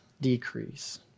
decrease